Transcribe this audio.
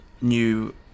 new